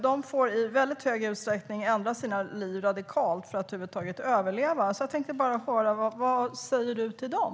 De får i väldigt stor utsträckning ändra sina liv radikalt för att över huvud taget överleva. Jag tänkte höra: Vad säger du till dem?